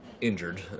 injured